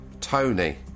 Tony